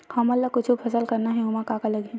हमन ला कुछु फसल करना हे ओमा का का लगही?